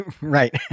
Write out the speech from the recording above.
Right